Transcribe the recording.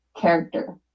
character